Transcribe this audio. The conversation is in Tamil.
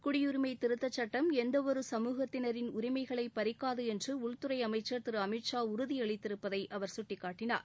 குடியுரிமை திருத்த சட்டம் எந்த ஒரு சமூகத்தினரின் உரிமைகளை பறிக்காது என்று உள்துறை அமைச்சர் திரு அமித்ஷா உறுதியளித்திருப்பதை அவர் சுட்டிக்காட்டினார்